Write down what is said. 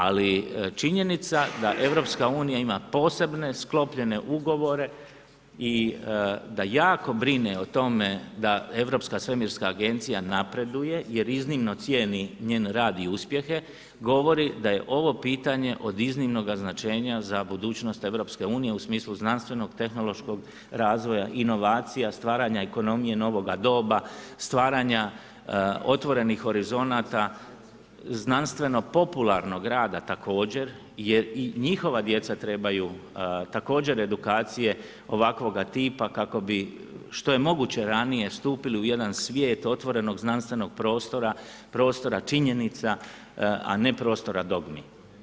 Ali činjenica da EU ima posebne sklopljene ugovore i da jako brine o tome da Europska svemirska agencija napreduje jer iznimno cijeni njen rad i uspjehe, govori da je ovo pitanje od iznimnog značenja za budućnost EU-a u smislu znanstvenog, tehnološkog razvoja, inovacija, stvaranja ekonomije novoga doba, stvaranja otvorenih horizonata, znanstveno popularnog rada također jer i njihova djeca trebaju također edukacije ovakvoga tipa kako bi što je moguće ranije stupili u jedan svijet otvorenog znanstvenog prostora, prostora činjenica a ne prostora dogmi.